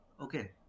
Okay